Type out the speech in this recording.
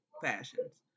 fashions